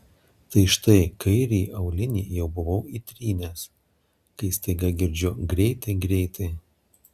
tai štai kairįjį aulinį jau buvau įtrynęs kai staiga girdžiu greitai greitai